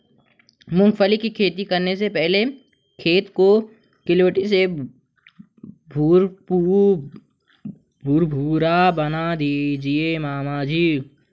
मूंगफली की खेती करने से पहले खेत को कल्टीवेटर से भुरभुरा बना दीजिए मामा जी